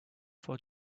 for